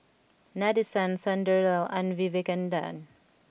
Nadesan Sunderlal and Vivekananda